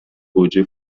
گوجه